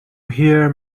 hear